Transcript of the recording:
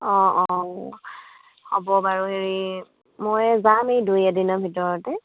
অঁ অঁ হ'ব বাৰু হেৰি মই যাম এই দুই এদিনৰ ভিতৰতে